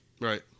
Right